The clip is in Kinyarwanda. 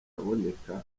aboneka